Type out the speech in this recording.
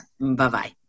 Bye-bye